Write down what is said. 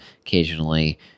occasionally